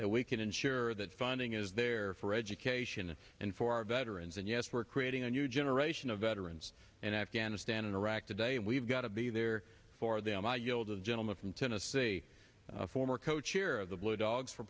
that we can ensure that funding is there for education and for our veterans and yes we're creating a new generation of veterans and afghanistan and iraq today and we've got to be there for them a year old a gentleman from tennessee a former co chair of the blue dogs for